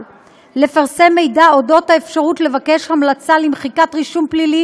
לפרסם מידע על אודות האפשרות לבקש המלצה למחיקת רישום פלילי